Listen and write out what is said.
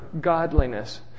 godliness